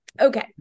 okay